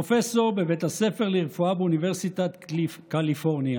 פרופסור בבית הספר לרפואה באוניברסיטת קליפורניה